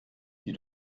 die